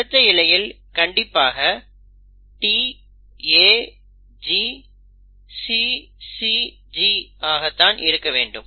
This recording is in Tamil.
இதன் அடுத்த இழையில் கண்டிப்பாக T A G C C G ஆக தான் இருக்க வேண்டும்